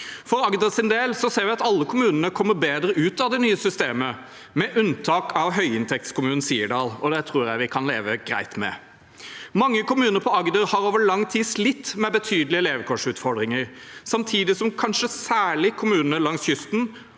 For Agders del ser vi at alle kommunene kommer bedre ut av det nye systemet, med unntak av høyinntektskommunen Sirdal, og det tror jeg vi kan leve greit med. Mange kommuner på Agder har over lang tid slitt med betydelige levekårsutfordringer, samtidig som kanskje særlig kommunene langs kysten